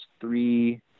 three